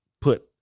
put